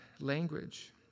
language